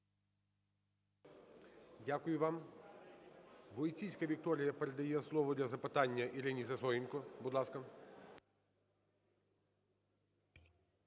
Дякую вам. Войціцька Вікторія передає слово для запитання Ірині Сисоєнко. Будь ласка.